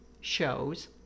shows